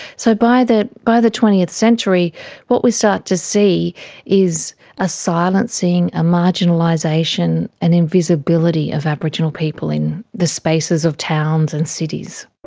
so by the by the twentieth century what we start to see is a silencing, a marginalisation, an invisibility of aboriginal people in the spaces of towns and cities.